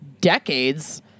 decades